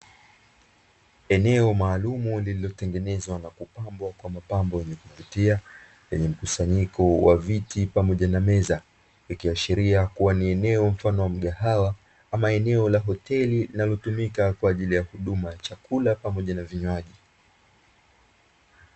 Eneo maalumu lililotengenezwa na kupambwa kwa mapambo yenye kuvutia lenye mkusanyiko wa viti pamoja na meza, likiashiria kuwa ni eneo mfano wa mgahawa ama eneo la hoteli linalotumika kwa ajili ya huduma ya chakula pamoja na vinywaji.